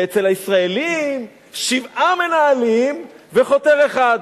ואצל הישראלים, שבעה מנהלים וחותר אחד.